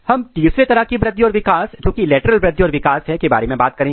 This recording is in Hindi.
हम तीसरे तरह की वृद्धि और विकास जोकि लेटरल वृद्धि और विकास है के बारे में बात करेंगे